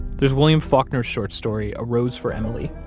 there's william faulkner's short story, a rose for emily,